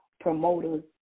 promoters